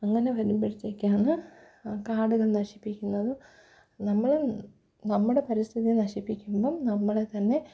അങ്ങനെ വരുമ്പോഴത്തേക്കാണ് കാടുകൾ നശിപ്പിക്കുന്നത് നമ്മള് നമ്മുടെ പരിസ്ഥിതി നശിപ്പിക്കുമ്പോള് നമ്മളെത്തന്നെ